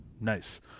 Nice